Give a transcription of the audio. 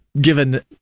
given